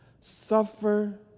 suffer